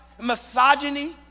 misogyny